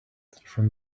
from